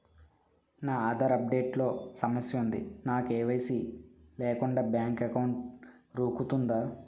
నా Aadhaar update లో సమస్య వుంది నాకు కే.వై.సీ లేకుండా బ్యాంక్ ఎకౌంట్దొ రుకుతుందా?